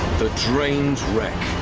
the drained wreck